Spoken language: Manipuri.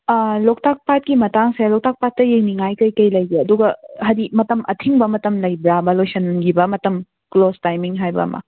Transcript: ꯑꯥ ꯂꯣꯛꯇꯥꯛ ꯄꯥꯠꯀꯤ ꯃꯇꯥꯡꯁꯦ ꯂꯣꯛꯇꯥꯛ ꯄꯥꯠꯇ ꯌꯦꯡꯅꯤꯡꯉꯥꯏ ꯀꯔꯤ ꯀꯔꯤ ꯂꯩꯒꯦ ꯑꯗꯨꯒ ꯍꯥꯏꯗꯤ ꯃꯇꯝ ꯑꯊꯤꯡꯕ ꯃꯇꯝ ꯂꯩꯕ꯭ꯔꯥꯕ ꯂꯣꯏꯁꯤꯟꯈꯤꯕ ꯃꯇꯝ ꯀ꯭ꯂꯣꯁ ꯇꯥꯏꯃꯤꯡ ꯍꯥꯏꯕ ꯑꯃ